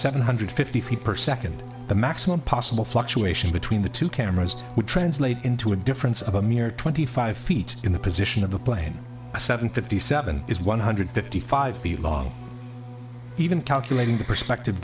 seven hundred fifty feet per second the maximum possible fluctuation between the two cameras would translate into a difference of a mere twenty five feet in the position of the plane seven fifty seven is one hundred fifty five feet long even calculating the perspective